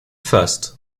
first